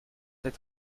ses